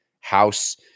house